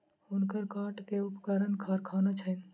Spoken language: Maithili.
हुनकर काठ के उपकरणक कारखाना छैन